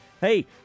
Hey